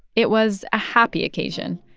it was a happy occasion,